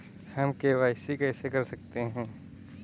हम के.वाई.सी कैसे कर सकते हैं?